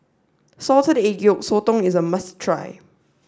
Salted Egg Yolk Sotong is a must try